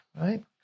Right